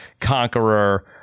conqueror